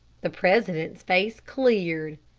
the president's face cleared.